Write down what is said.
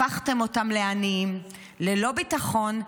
הפכתם אותם לעניים ללא ביטחון,